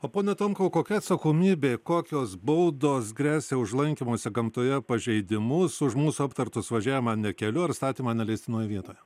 o pone tomkau kokia atsakomybė kokios baudos gresia už lankymosi gamtoje pažeidimus už mūsų aptartus važiavimą ne keliu ar statymą neleistinoje vietoje